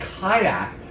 kayak